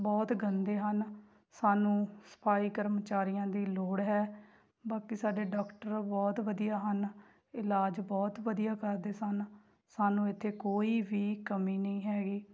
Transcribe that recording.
ਬਹੁਤ ਗੰਦੇ ਹਨ ਸਾਨੂੰ ਸਫਾਈ ਕਰਮਚਾਰੀਆਂ ਦੀ ਲੋੜ ਹੈ ਬਾਕੀ ਸਾਡੇ ਡੋਕਟਰ ਬਹੁਤ ਵਧੀਆ ਹਨ ਇਲਾਜ ਬਹੁਤ ਵਧੀਆ ਕਰਦੇ ਸਨ ਸਾਨੂੰ ਇੱਥੇ ਕੋਈ ਵੀ ਕਮੀ ਨਹੀਂ ਹੈਗੀ